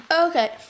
Okay